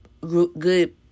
good